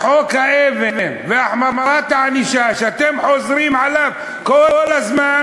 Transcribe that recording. וחוק האבן והחמרת הענישה שאתם חוזרים עליו כל הזמן,